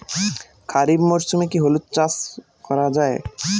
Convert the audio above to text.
খরিফ মরশুমে কি হলুদ চাস করা য়ায়?